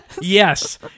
Yes